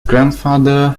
grandfather